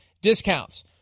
discounts